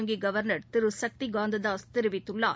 வங்கிகவர்னர் திருசக்திகாந்ததாஸ் தெரிவித்துள்ளார்